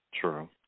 true